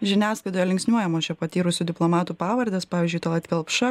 žiniasklaidoje linksniuojamos čia patyrusių diplomatų pavardės pavyzdžiui talat kelpša